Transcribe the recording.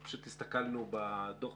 אנחנו פשוט הסתכלנו בדוח,